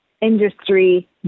industry